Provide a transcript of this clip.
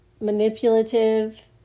manipulative